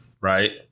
right